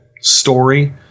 story